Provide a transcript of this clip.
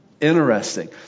Interesting